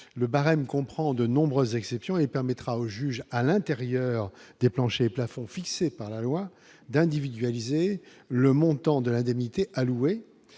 le barème comprend de nombreuses exceptions et permettra aux juges à l'intérieur des planchers et plafonds fixés par la loi d'individualiser le montant de l'indemnité allouée